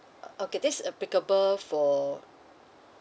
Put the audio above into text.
uh okay this is applicable for